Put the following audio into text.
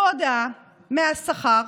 הם קיבלו הודעה מהשכר,